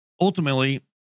ultimately